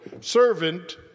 Servant